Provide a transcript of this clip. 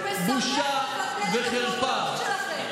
מסרב לבטל את המועמדות שלכם.